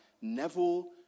Neville